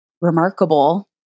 remarkable